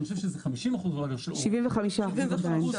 אני חושב שזה 50%. 75% עדיין.